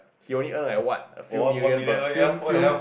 he only earn like what a few million per film film